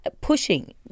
pushing